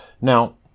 Now